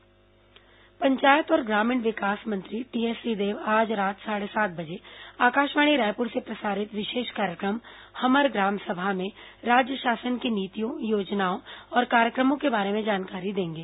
हमर ग्राम सभा पंचायत और ग्रामीण विकास मंत्री टीएस सिंहदेव आज रात साढ़े सात बजे आकाशवाणी रायपुर से प्रसारित विशेष कार्यक्रम हमर ग्राम सभा में राज्य शासन की नीतियों योजनाओं और कार्यक्रमों के बारे में जानकारी देंगे